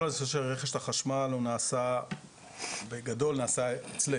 כל הנושא של רכש החשמל בגדול הוא נעשה אצלנו,